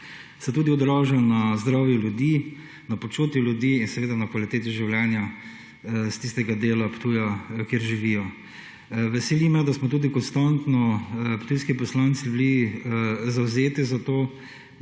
se tudi odraža na zdravju ljudi, na počutju ljudi in seveda na kvaliteti življenja, s tistega dela Ptuja, kjer živijo. Veseli me, da smo tudi konstantno ptujski poslanci bili zavzeti za to,